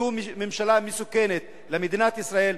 זאת ממשלה מסוכנת למדינת ישראל,